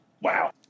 wow